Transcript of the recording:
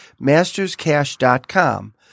masterscash.com